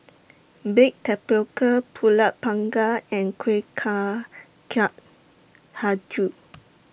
Baked Tapioca Pulut Panggang and Kueh Kacang Hijau